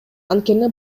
анткени